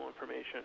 information